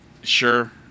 Sure